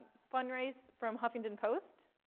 fundrace from huffington post.